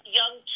young